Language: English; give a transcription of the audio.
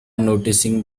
noticing